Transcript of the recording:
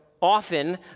often